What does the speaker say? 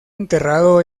enterrado